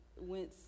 went